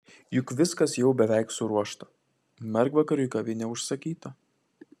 juk viskas jau beveik suruošta mergvakariui kavinė užsakyta